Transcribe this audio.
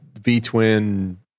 V-Twin